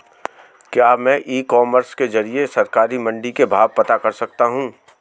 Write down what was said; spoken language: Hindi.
क्या मैं ई कॉमर्स के ज़रिए सरकारी मंडी के भाव पता कर सकता हूँ?